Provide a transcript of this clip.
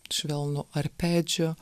švelnų arpedžio